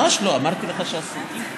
כאמור המצב הפוליטי הרבה פעמים דרש שסגני שרים